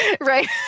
Right